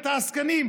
את העסקנים,